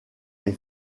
les